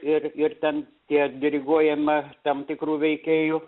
ir ir ten tie diriguojama tam tikrų veikėjų